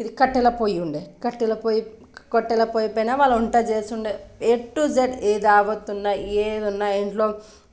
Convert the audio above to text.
ఇది కట్టెల పొయ్యుండే కట్టెల పొయ్యి కట్టెల పొయ్యి పైన వాళ్ళు వంట చేసుండే ఏ టూ జెడ్ ఏ దావత్ ఉన్నా ఏదున్నా ఇంట్లో